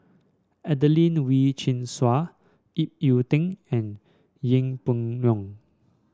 Adelene Wee Chin Suan Ip Yiu Tung and Yeng Pway Ngon